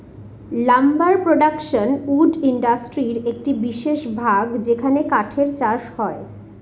lumber production wood ইন্ডাস্ট্রির একটি বিশেষ ভাগ যেখানে কাঠের চাষ হয়